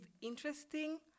interesting